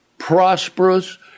prosperous